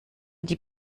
die